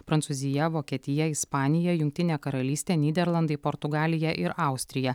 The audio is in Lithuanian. prancūzija vokietija ispanija jungtinė karalystė nyderlandai portugalija ir austrija